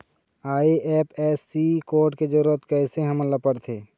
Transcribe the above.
IFSC code के जरूरत कैसे हमन ला पड़थे?